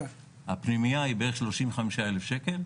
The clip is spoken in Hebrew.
הפנימיה היא בערך 35,000 שקלים,